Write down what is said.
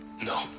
no.